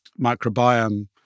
microbiome